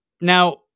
Now